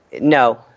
No